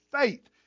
faith